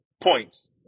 points